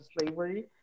slavery